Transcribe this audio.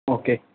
okay